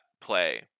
play